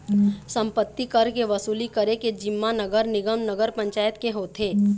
सम्पत्ति कर के वसूली करे के जिम्मा नगर निगम, नगर पंचायत के होथे